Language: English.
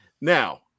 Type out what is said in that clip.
Now